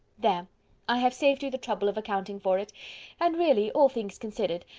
there i have saved you the trouble of accounting for it and really, all things considered,